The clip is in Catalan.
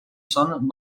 són